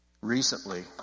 Recently